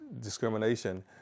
discrimination